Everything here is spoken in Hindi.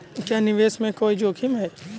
क्या निवेश में कोई जोखिम है?